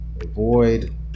Avoid